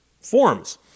forms